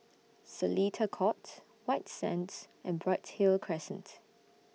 Seletar Court White Sands and Bright Hill Crescent